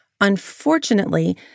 Unfortunately